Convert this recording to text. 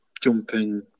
jumping